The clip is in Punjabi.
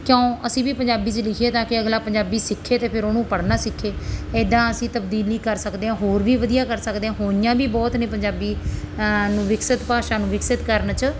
ਕਿਉਂ ਅਸੀਂ ਵੀ ਪੰਜਾਬੀ 'ਚ ਲਿਖੀਏ ਤਾਂ ਕਿ ਅਗਲਾ ਪੰਜਾਬੀ ਸਿੱਖੇ ਅਤੇ ਫਿਰ ਉਹਨੂੰ ਪੜ੍ਹਨਾ ਸਿੱਖੇ ਇੱਦਾਂ ਅਸੀਂ ਤਬਦੀਲੀ ਕਰ ਸਕਦੇ ਹਾਂ ਹੋਰ ਵੀ ਵਧੀਆ ਕਰ ਸਕਦੇ ਹਾਂ ਹੋਈਆਂ ਵੀ ਬਹੁਤ ਨੇ ਪੰਜਾਬੀ ਨੂੰ ਵਿਕਸਿਤ ਭਾਸ਼ਾ ਨੂੰ ਵਿਕਸਿਤ ਕਰਨ 'ਚ